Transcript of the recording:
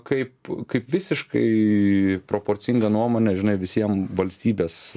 kaip kaip visiškai iii proporcingą nuomonę žinai visiem valstybės